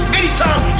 anytime